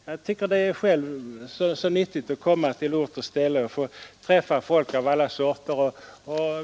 Jag tycker själv att det är nyttigt att komma till ort och ställe och få träffa folk av alla sorter.